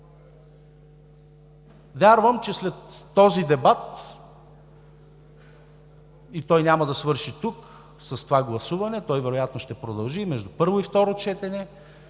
Вярвам, че след дебата, и той няма да свърши тук с това гласуване, той вероятно ще продължи и между първо и второ четене,